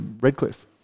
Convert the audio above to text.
Redcliffe